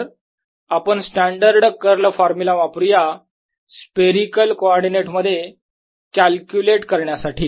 तर आपण standard curl formula वापरुया स्फेरिकल कॉर्डीनेट मध्ये कॅल्क्युलेट करण्यासाठी